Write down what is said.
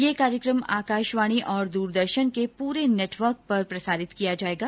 यह कार्यक्रम आकाशवाणी और दूरदर्शन के पूरे नेटवर्क पर प्रसारित किया जाएगा